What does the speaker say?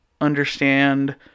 understand